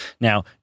Now